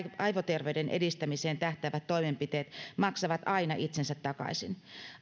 aivoterveyden edistämiseen tähtäävät toimenpiteet maksavat aina itsensä takaisin